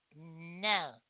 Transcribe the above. no